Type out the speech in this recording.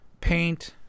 paint